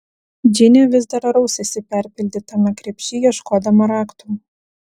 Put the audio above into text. džinė vis dar rausėsi perpildytame krepšy ieškodama raktų